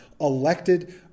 elected